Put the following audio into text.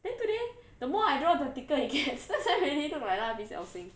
then today the more I draw the thicker it gets that's why really look like 蜡笔小新